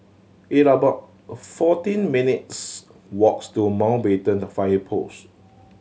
it about fourteen minutes' walks to Mountbatten Fire Post